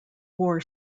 war